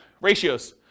Ratios